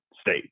state